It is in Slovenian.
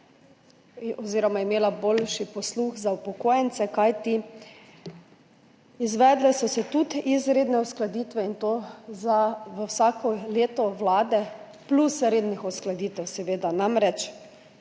prejšnja vlada boljši posluh za upokojence, kajti izvedle so se tudi izredne uskladitve, in to za vsako leto vlade, plus redne uskladitve, seveda.